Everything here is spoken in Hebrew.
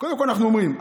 קודם כול אנחנו אומרים,